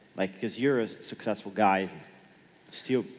like, cause you're a successful guy still,